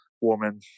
woman